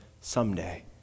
someday